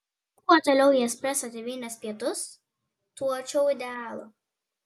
kuo toliau į espreso tėvynės pietus tuo arčiau idealo